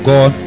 God